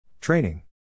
Training